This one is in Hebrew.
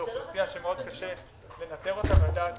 זו אוכלוסייה שקשה מאוד לנטר אותה ולדעת